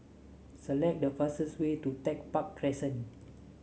select the fastest way to Tech Park Crescent